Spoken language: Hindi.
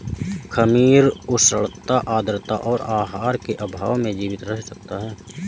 खमीर उष्णता आद्रता और आहार के अभाव में जीवित रह सकता है